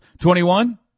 Twenty-one